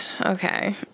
okay